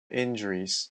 injuries